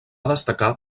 destacar